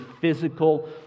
physical